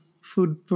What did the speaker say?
food